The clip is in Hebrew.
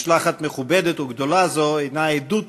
משלחת מכובדת וגדולה זו היא עדות